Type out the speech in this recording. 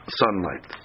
sunlight